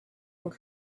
were